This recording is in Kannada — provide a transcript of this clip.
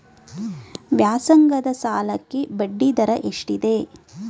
ವ್ಯಾಸಂಗದ ಸಾಲಕ್ಕೆ ಬಡ್ಡಿ ದರ ಎಷ್ಟಿದೆ?